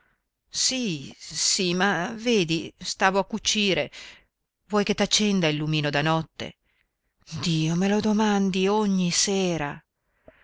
sì sì ma vedi stavo a cucire vuoi che t'accenda il lumino da notte dio me lo domandi ogni sera